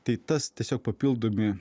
tai tas tiesiog papildomi